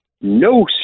no